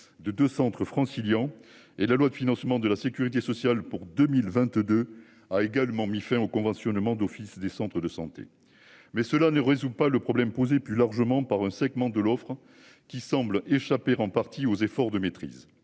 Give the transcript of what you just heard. de de centres francilien et la loi de financement de la Sécurité sociale pour 2022, a également mis fin au conventionnement d'office des centres de santé, mais cela ne résout pas le problème posé plus largement par segments de l'offre qui semble échapper en partie aux efforts de maîtrise.